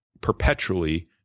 perpetually